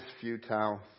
futile